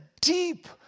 deep